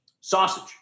sausage